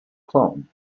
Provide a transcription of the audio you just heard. clone